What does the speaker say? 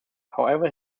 however